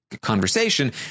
conversation